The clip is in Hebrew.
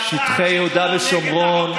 מה זה יהודה ושומרון?